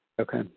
okay